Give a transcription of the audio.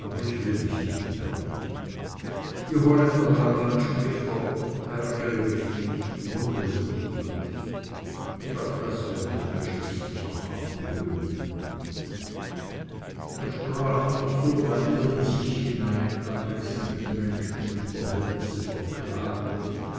ich will mich nicht ärgern die holländer haben ein sprichwort ärgere dich nicht wundere dich bloß und auch das werd ich mir schließlich noch abgewöhnen er sprach noch so weiter in sich hinein abwechselnd die menschen und die verhältnisse verklagend